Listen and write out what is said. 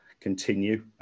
continue